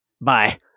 Bye